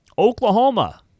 Oklahoma